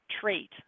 trait